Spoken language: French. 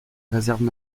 réserves